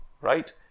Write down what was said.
right